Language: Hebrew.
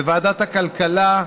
בוועדת הכלכלה,